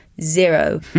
zero